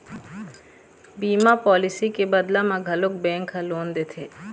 बीमा पॉलिसी के बदला म घलोक बेंक ह लोन देथे